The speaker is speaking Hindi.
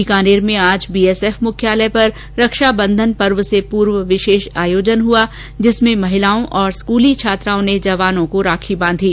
बीकानेर में आज बीएसएफ मुख्यालय पर रक्षाबंधन पर्व से पूर्व विशेष आयोजन हआ जिसमें महिलाओं और स्कूली छात्राओं ने जवानों को राखी बांधी